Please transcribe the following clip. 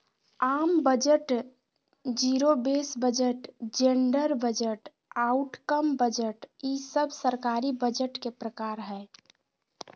आम budget, zero base budget, gender budget, outcome budget ई सब सरकारी बजट के प्रकार हय